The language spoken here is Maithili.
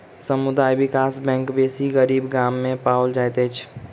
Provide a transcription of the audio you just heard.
समुदाय विकास बैंक बेसी गरीब गाम में पाओल जाइत अछि